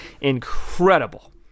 incredible